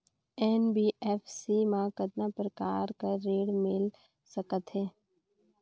NBFC मा कतना प्रकार कर ऋण मिल सकथे?